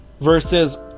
versus